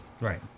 Right